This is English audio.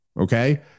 Okay